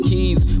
Keys